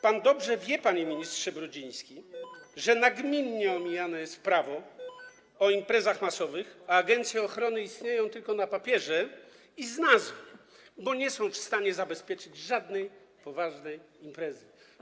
Pan dobrze wie, panie ministrze Brudziński, że nagminnie omijane jest prawo o imprezach masowych, a agencje ochrony istnieją tylko na papierze i z nazw, bo nie są w stanie zabezpieczyć żadnej poważnej imprezy.